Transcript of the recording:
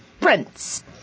prince